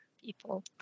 people